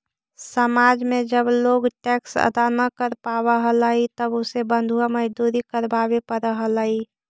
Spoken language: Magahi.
समाज में जब लोग टैक्स अदा न कर पावा हलाई तब उसे बंधुआ मजदूरी करवावे पड़ा हलाई